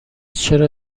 چرا